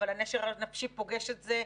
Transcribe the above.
אבל הנשר הנפשי פוגש את זה,